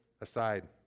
aside